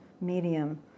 medium